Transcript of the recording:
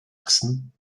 sachsen